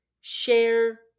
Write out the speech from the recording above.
share